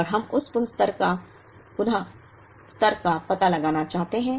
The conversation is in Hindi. और हम उस पुन स्तर का पता लगाना चाहते हैं